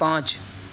پانچ